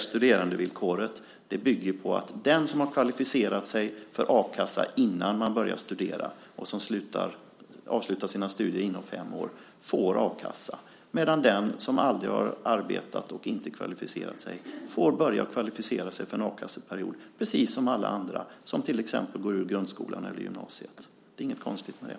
Studerandevillkoret bygger på att man före studierna har kvalificerat sig för a-kassa och på att man avslutar sina studier inom fem år. Då får man a-kassa. Men den som aldrig har arbetat och därmed inte kvalificerat sig får börja kvalificera sig för en a-kasseperiod - precis som alla andra som till exempel har gått ut grundskolan eller gymnasiet. Det är inget konstigt med det.